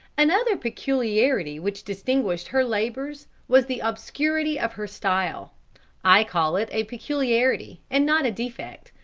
another peculiarity which distinguished her labours was the obscurity of her style i call it a peculiarity, and not a defect,